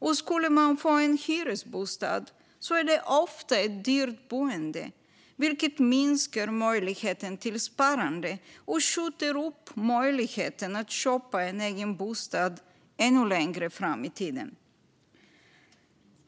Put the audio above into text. Och skulle man få en hyresbostad är det ofta ett dyrt boende, vilket minskar möjligheten till sparande och skjuter möjligheten att köpa en egen bostad ännu längre fram i tiden.